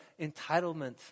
entitlement